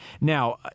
Now